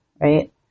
right